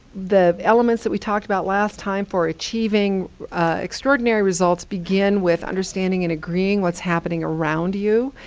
the elements that we talked about last time for achieving extraordinary results begin with understanding and agreeing what's happening around you.